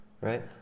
right